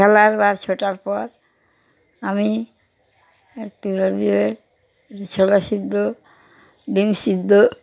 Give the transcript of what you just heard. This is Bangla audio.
খেলার বা ছোটার পর আমি একটু ওই ছোলা সিদ্ধ ডিম সিদ্ধ